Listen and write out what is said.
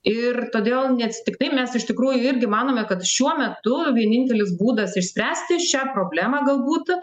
ir todėl neatsitiktinai mes iš tikrųjų irgi manome kad šiuo metu vienintelis būdas išspręsti šią problemą galbūt